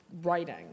writing